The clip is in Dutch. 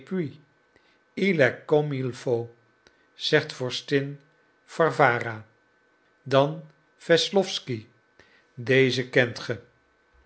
faut zegt vorstin warwara dan wesslowsky dezen kent ge